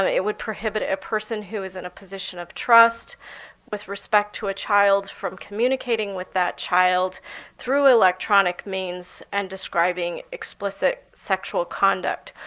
it would prohibit a person who is in a position of trust with respect to a child from communicating with that child through electronic means and describing explicit sexual conduct.